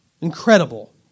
Incredible